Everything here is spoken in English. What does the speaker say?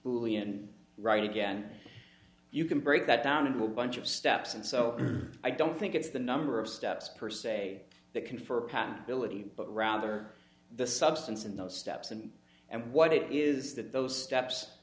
boolean write again you can break that down into a bunch of steps and so i don't think it's the number of steps per se that confer belittle but rather the substance in those steps and and what it is that those steps